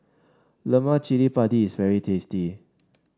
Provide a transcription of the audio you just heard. Lemak Cili Padi is very tasty